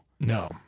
No